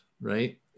right